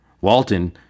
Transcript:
Walton